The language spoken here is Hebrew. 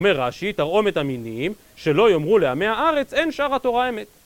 אומר רש"י: תרעומת המינים שלא יאמרו לעמי הארץ 'אין שאר התורה האמת'